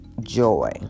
Joy